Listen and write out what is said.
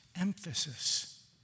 emphasis